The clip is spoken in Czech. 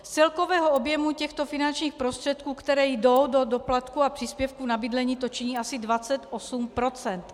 Z celkového objemu těchto finančních prostředků, které jdou do doplatku a příspěvku na bydlení, to činí asi 28 %.